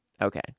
Okay